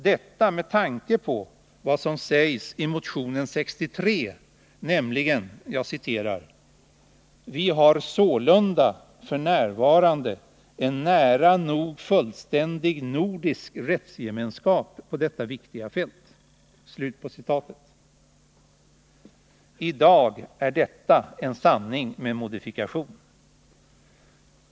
Detta med tanke på vad som sägs i motionen 63, nämligen: ”Vi har sålunda f. n. en nära nog fullständig nordisk rättsgemenskap på detta viktiga fält.” I dag är detta en sanning med modifikation.